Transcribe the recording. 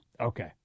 Okay